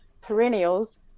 perennials